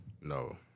No